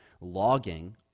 logging